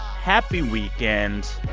happy weekend.